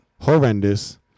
horrendous